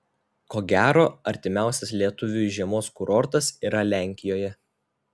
ko gero artimiausias lietuviui žiemos kurortas yra lenkijoje